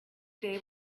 day